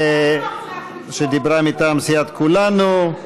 שדיברה מטעם סיעת כולנו.